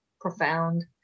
profound